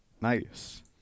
Nice